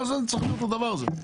מה צריך להיות הדבר הזה?